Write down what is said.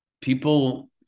people